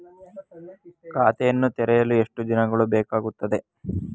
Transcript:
ಖಾತೆಯನ್ನು ತೆರೆಯಲು ಎಷ್ಟು ದಿನಗಳು ಬೇಕಾಗುತ್ತದೆ?